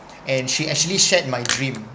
and she actually shared my dream